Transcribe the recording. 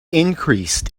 increased